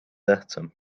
tähtsam